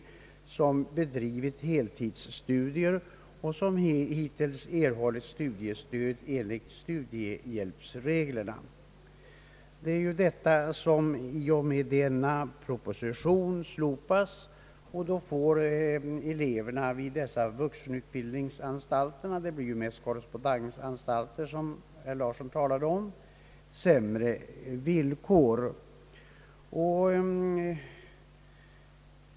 De av dessa, som har bedrivit heltidsstudier, har hittills erhållit studiestöd enligt studiehjälpsreglerna. Detta slopas i och med denna proposition. Därmed får eleverna vid dessa vuxenutbildningsanstalter — det blir ju mest korrespondensstudier, som herr Thorsten Larsson nämnde — sämre villkor.